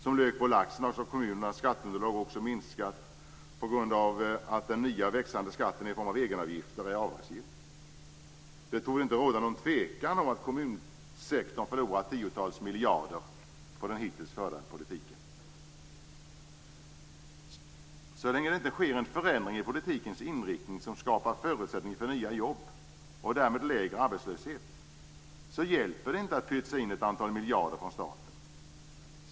Som lök på laxen har också kommunernas skatteunderlag minskat på grund av att den nya växande skatten i form av egenavgifter är avdragsgill. Det torde inte råda någon tvekan om att kommunsektorn förlorat tiotals miljarder på den hittills förda politiken. Så länge det inte sker en förändring i politikens inriktning som skapar förutsättningar för nya jobb och därmed lägre arbetslöshet hjälper det inte att pytsa in ett antal miljarder från staten.